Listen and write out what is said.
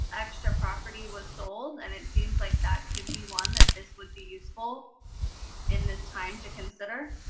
extra property was sold. and it seems like that could be one that this would be useful in this time to consider.